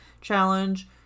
challenge